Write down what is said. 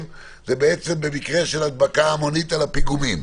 זה במקרה של הדבקה המונית על הפיגומים.